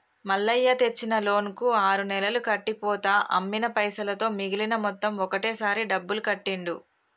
మల్లయ్య తెచ్చిన లోన్ కు ఆరు నెలలు కట్టి పోతా అమ్మిన పైసలతో మిగిలిన మొత్తం ఒకటే సారి డబ్బులు కట్టిండు